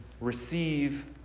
receive